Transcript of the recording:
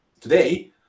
today